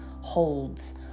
holds